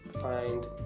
find